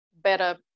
better